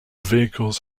vehicles